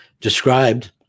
described